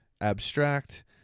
abstract